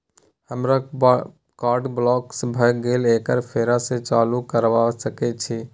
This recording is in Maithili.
हमर कार्ड ब्लॉक भ गेले एकरा फेर स चालू करबा सके छि?